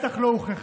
ובטח לא הוכחה,